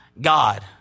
God